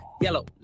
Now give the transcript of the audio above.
yellow